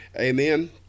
Amen